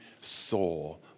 soul